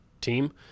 team